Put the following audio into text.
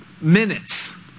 minutes